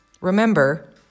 remember